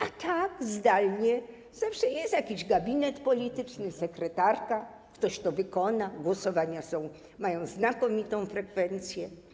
A tak, zdalnie, zawsze jest jakiś gabinet polityczny, sekretarka, ktoś to wykona, głosowania mają znakomitą frekwencję.